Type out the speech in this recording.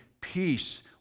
peace